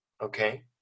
okay